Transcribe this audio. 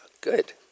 Good